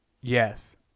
Yes